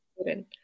student